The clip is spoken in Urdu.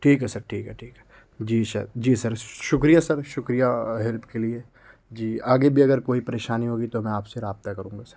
ٹھیک ہے سر ٹھیک ہے ٹھیک ہے جی شر جی سر شکریہ سر شکریہ ہیلپ کے لیے جی آگے بھی اگر کوئی پریشانی ہوگی تو میں آپ سے رابطہ کروں گا سر